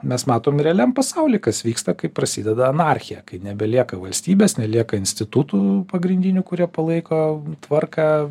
mes matom realiam pasauly kas vyksta kai prasideda anarchija kai nebelieka valstybės nelieka institutų pagrindinių kurie palaiko tvarką